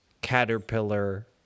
caterpillar